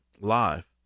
life